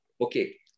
okay